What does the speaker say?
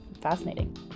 fascinating